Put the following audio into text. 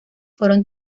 fueron